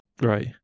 Right